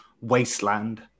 wasteland